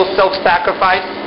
self-sacrifice